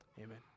Amen